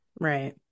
Right